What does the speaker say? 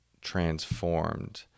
transformed